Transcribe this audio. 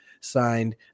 signed